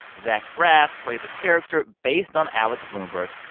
zach braff plays a character based on alex blumberg.